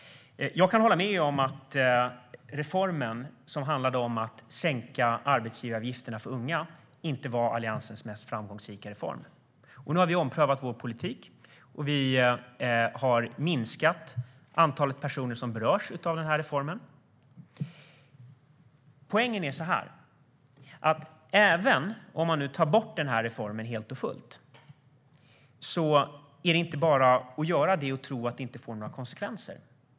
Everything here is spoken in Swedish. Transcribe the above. Jag kan hålla med om att reformen, som handlade om att sänka arbetsgivaravgiften för unga, inte var Alliansens mest framgångsrika reform. Nu har vi omprövat vår politik och minskat antalet personer som berörs av reformen. Poängen är att även om man tar bort reformen helt och fullt ska man inte tro att det inte får några konsekvenser.